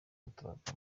gutabaruka